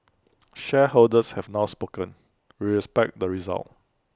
shareholders have now spoken respect the result